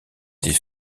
des